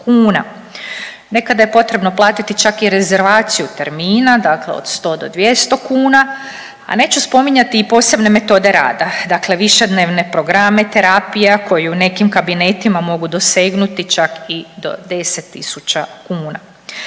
Nekada je potrebno platiti čak i rezervaciju termina, dakle od 100 do 200 kuna, a neću spominjati i posebne metode rada, dakle višednevne programe terapija koje u nekim kabinetima mogu dosegnuti čak i do 10 tisuća kuna.